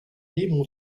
demo